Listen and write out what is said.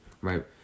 right